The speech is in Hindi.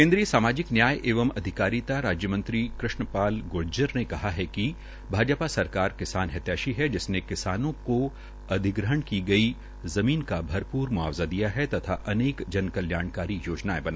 केन्द्रीय सामाजिक न्याय एवं अधिकारिता राज्य मंत्री कृष्ण पाल ग्र्जर ने कहा है कि भाजपा सरकार किसान हितैषी है जिसने किसानों को अधिग्रहण की गई ज़मीन का भरपूर म्आवजा दिया है अतथा अनेक जन कल्याकारी योजनायें बनाई है